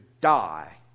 die